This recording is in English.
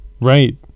Right